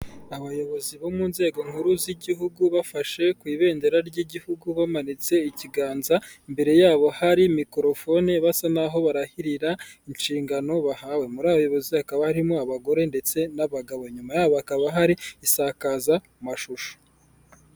Abayobozi bo mu nzego nkuru z'igihugu bafashe ku ibendera ry'igihugu bamanitse ikiganza, imbere yabo hari mikorofone basa naho barahirira inshingano bahawe. Muri abo bayobozi hakaba harimo abagore ndetse n'abagabo, inyuma yabo hakaba hari insakazamashusho.